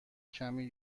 کمی